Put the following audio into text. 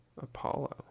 Apollo